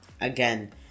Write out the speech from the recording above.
again